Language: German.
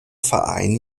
verein